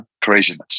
craziness